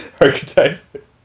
archetype